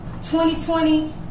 2020